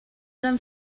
done